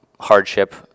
hardship